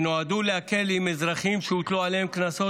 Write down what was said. שנועדו להקל עם אזרחים שהוטלו עליהם קנסות